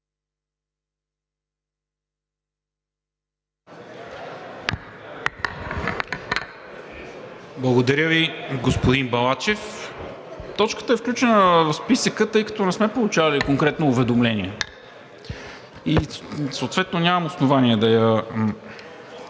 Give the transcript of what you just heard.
Благодаря Ви, господин Балачев. Точката е включена в списъка, тъй като не сме получавали конкретно уведомление и съответно нямам основания да